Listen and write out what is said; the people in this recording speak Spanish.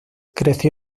creció